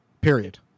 period